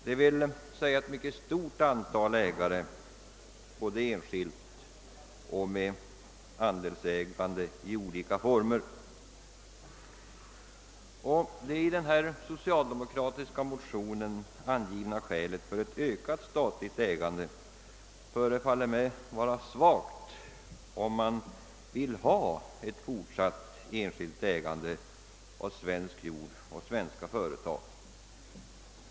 Det finns alltså ett mycket stort antal skogsägare, både enskilda ägare och andelsägare i olika former. Det i de socialdemokratiska motionerna angivna skälet för ökat statligt ägande förefaller mig vara svagt, om man vill ha ett fortsatt enskilt ägande av svensk jord och svenska företag.